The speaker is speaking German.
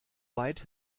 weit